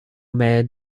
mail